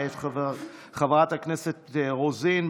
מאת חברת הכנסת רוזין,